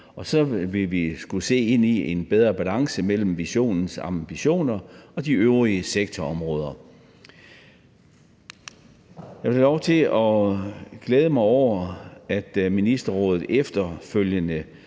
og så vil vi skulle se ind i en bedre balance mellem visionens ambitioner og de øvrige sektorområder. Jeg vil have lov til at glæde mig over, at Nordisk Ministerråd efterfølgende